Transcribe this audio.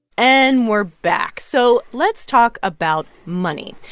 and we're back. so let's talk about money.